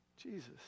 Jesus